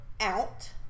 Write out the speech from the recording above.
out